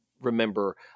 remember